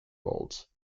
molds